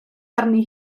arni